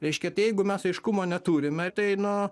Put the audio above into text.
reiškia tai jeigu mes aiškumo neturime tai nu